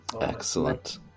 excellent